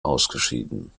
ausgeschieden